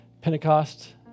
Pentecost